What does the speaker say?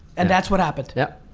and that's what happened? yep.